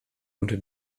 unter